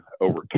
over